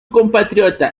compatriota